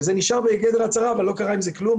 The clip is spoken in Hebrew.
וזה נשאר בגדר הצהרה אבל לא קרה עם זה כלום.